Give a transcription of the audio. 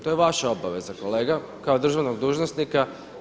To je vaša obaveza kolega kao državnog dužnosnika.